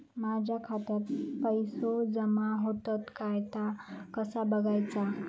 माझ्या खात्यात पैसो जमा होतत काय ता कसा बगायचा?